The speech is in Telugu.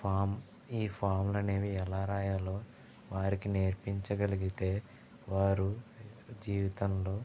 ఫామ్ ఈ ఫామ్లు అనేవి ఎలా రాయాలో వారికి నేర్పించగలిగితే వారు జీవితంలో